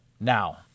Now